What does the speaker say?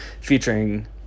Featuring